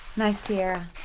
nice tiara.